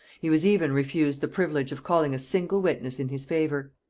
he was even refused the privilege of calling a single witness in his favor.